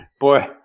Boy